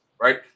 right